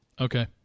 Okay